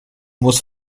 muss